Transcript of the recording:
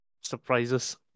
surprises